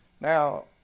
Now